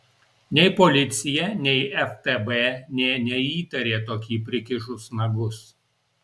nei policija nei ftb nė neįtarė tokį prikišus nagus